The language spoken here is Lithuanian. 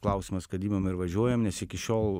klausimas kad imam ir važiuojam nes iki šiol